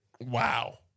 Wow